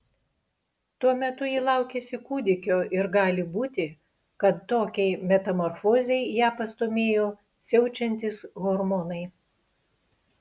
tuo metu ji laukėsi kūdikio ir gali būti kad tokiai metamorfozei ją pastūmėjo siaučiantys hormonai